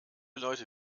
leute